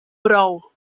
brou